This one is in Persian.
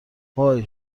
وای